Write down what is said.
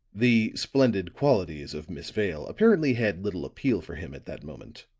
the splendid qualities of miss vale apparently had little appeal for him at that moment.